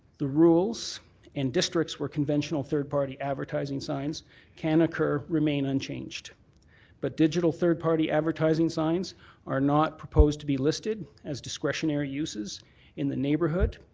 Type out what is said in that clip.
the rules in districts where conventional third party advertising signs can occur remain unchanged but digital third party advertising signs are not proposed to be listed as discretionary uses in the neighbourhood,